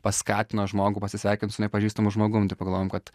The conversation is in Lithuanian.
paskatino žmogų pasisveikint su nepažįstamu žmogum tai pagalvojom kad